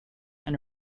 and